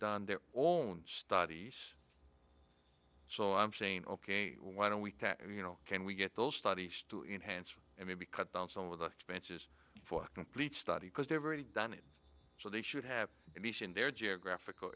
had their own studies so i'm saying ok why don't we you know can we get those studies to enhance and maybe cut down some of the expenses for complete study because they've already done it so they should have at least in their geographical